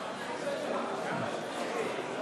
לתיקון פקודת רופאי השיניים (מס'